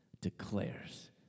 declares